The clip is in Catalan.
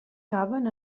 caben